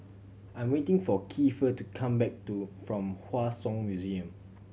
I'm waiting for Keifer to come back to from Hua Song Museum